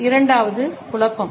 இரண்டாவது குழப்பம்